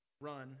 run